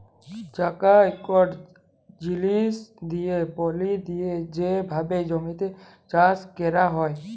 চাকা ইকট জিলিস দিঁয়ে পলি দিঁয়ে যে ভাবে জমিতে চাষ ক্যরা হয়